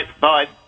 Bye